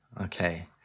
Okay